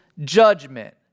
judgment